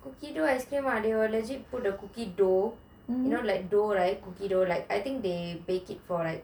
cookie dough ice cream they will legit put the cookie dough you know like dough right cookie dough I think they bake it for like